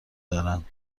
دارند